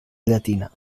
llatina